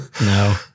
no